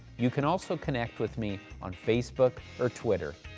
you can also connect with me on facebook or twitter.